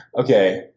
Okay